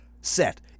set